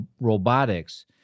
robotics